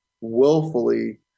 willfully